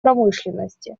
промышленности